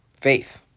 Faith